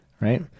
Right